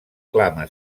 clama